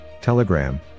Telegram